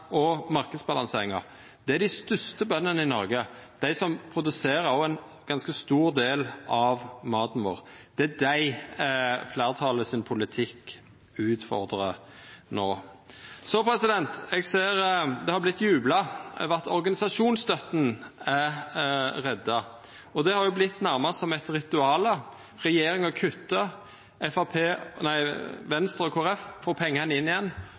prisar og marknadsbalanse, er dei største bøndene i Noreg, dei som produserer ein ganske stor del av maten vår. Det er dei politikken til fleirtalet utfordrar no. Eg ser det har vorte jubla over at organisasjonsstøtta er redda, og det har nærast vorte eit ritual. Regjeringa kuttar. Venstre og Kristeleg Folkeparti får pengane inn igjen,